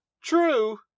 True